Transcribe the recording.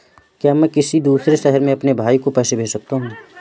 क्या मैं किसी दूसरे शहर में अपने भाई को पैसे भेज सकता हूँ?